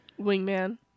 Wingman